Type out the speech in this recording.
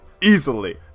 easily